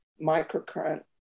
microcurrent